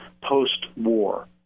post-war